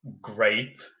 great